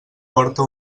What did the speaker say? porta